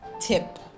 tip